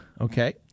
okay